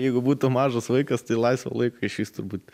jeigu būtų mažas vaikas tai laisvo laiko išvis turbūt